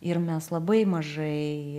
ir mes labai mažai